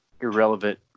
Irrelevant